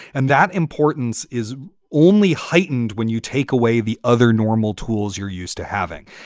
and that importance is only heightened when you take away the other normal tools you're used to having.